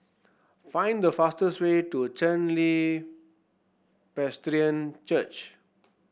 find the fastest way to Chen Li Presbyterian Church